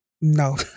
No